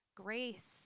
grace